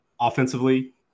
Offensively